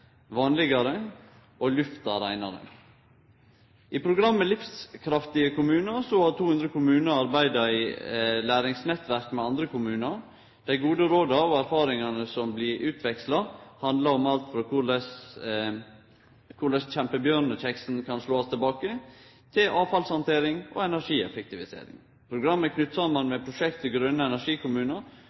vanlegare og lufta reinare. I programmet «Livskraftige kommuner» har 200 kommunar arbeidd i læringsnettverk med andre kommunar. Dei gode råda og erfaringane som blir utveksla, handlar om alt frå korleis kjempebjørnekjeks kan slåast tilbake, til avfallshandtering og energieffektivisering. Programmet er knytt saman med prosjektet